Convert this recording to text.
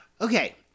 Okay